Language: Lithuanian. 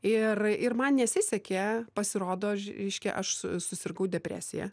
ir ir man nesisekė pasirodo reiškia aš susirgau depresija